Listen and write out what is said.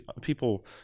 people